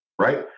right